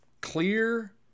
clear